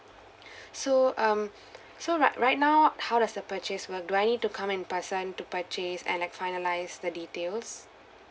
so um so right right now how does the purchase were do I need to come in person to purchase and like finalise the details